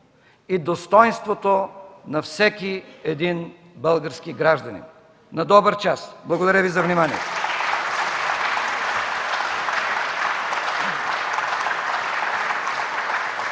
и достойнството на всеки един български гражданин. На добър час! Благодаря за вниманието.